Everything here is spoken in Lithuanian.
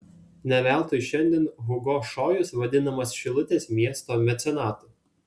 ne veltui šiandien hugo šojus vadinamas šilutės miesto mecenatu